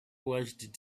watched